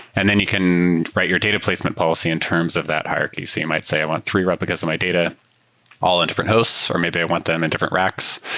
and then you can write your data placement policy in terms of that hierarchy. you might say i want three replicas in my data all in different hosts, or maybe i want them in different racks,